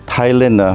Thailand